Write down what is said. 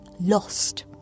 lost